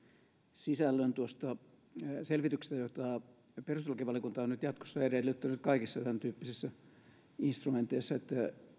sisällön tuosta selvityksestä jota perustuslakivaliokunta on nyt jatkossa edellyttänyt kaikissa tämäntyyppisissä instrumenteissa että